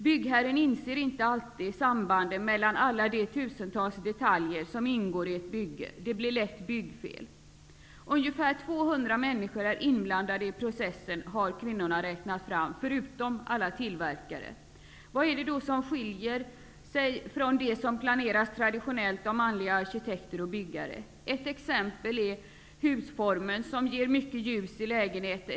Byggherren inser inte alltid sambanden mellan alla de tusentals de taljer som ingår i ett bygge. Det blir lätt byggfel. Kvinnorna har räknat fram att ungefär 200 männi skor, förutom alla tillverkare, är inblandade un der byggprocessen. Vad är det då som skiljer sig från det som planeras traditionellt av manliga ar kitekter och byggare? Ett exempel är husformen, som ger mycket ljus i lägenheterna.